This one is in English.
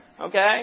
Okay